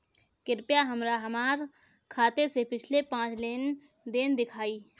कृपया हमरा हमार खाते से पिछले पांच लेन देन दिखाइ